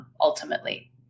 ultimately